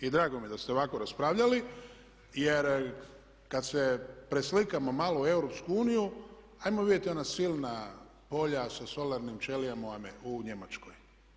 I drago mi je da ste ovako raspravljali jer kada se preslikamo malo u Europsku uniju, ajmo vidjeti ona silna polja sa solarnim ćelijama u Njemačkoj.